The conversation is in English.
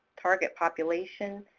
target population,